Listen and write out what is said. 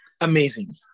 Amazing